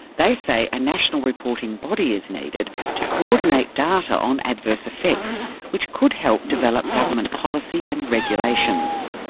they say a national reporting body is needed to coordinate data on adverse effects which could help develop government policy and regulations.